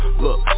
look